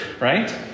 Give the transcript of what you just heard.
right